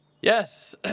Yes